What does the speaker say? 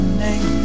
name